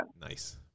Nice